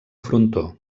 frontó